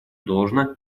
должно